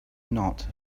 not